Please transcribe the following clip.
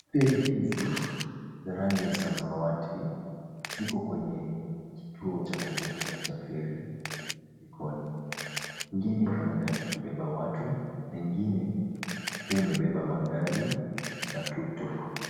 Feri hizi za rangi ya samawati ziko kwenye kituo cha kuvukia cha Likoni, ingine ikionekana ikibeba watu nyingine ikiwa imebeba magari na tuktuk.